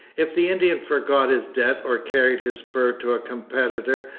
if the indian forgot his debt or carried his fur to a competitor,